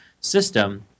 system